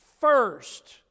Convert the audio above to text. first